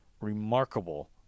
remarkable